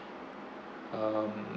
um